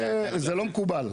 זה לא מקובל.